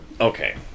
Okay